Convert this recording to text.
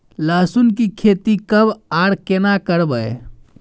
लहसुन की खेती कब आर केना करबै?